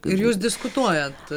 ir jūs diskutuojat